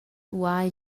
ual